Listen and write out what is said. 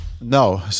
No